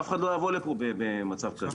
אף אחד לא יבוא לפה במצב כזה,